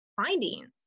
findings